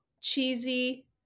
cheesy